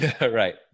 right